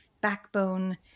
backbone